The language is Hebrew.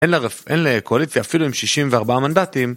אין לקואליציה אפילו עם 64 מנדטים.